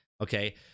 Okay